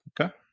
Okay